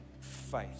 faith